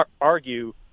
argue